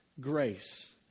grace